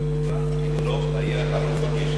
התאורה לא היה הרוג בכביש הזה.